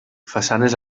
façanes